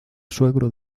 suegro